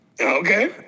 Okay